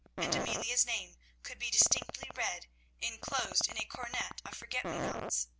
and amelia's name could be distinctly read enclosed in a coronet of forget-me-nots.